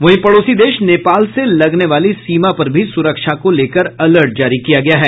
वहीं पड़ोसी देश नेपाल से लगने वाली सीमा पर भी सुरक्षा को लेकर अलर्ट जारी किया गया है